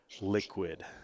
liquid